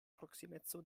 proksimeco